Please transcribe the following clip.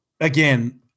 again